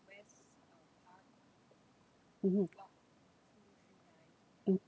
mmhmm mm